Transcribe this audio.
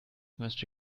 möchte